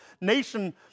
nation